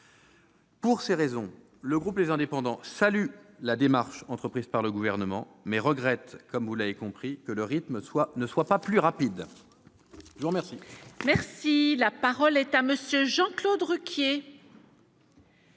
Pour ces raisons, le groupe Les Indépendants salue la démarche entreprise par le Gouvernement, mais regrette, vous l'aurez compris, que son rythme ne soit pas plus rapide. La parole est à M. Jean-Claude Requier.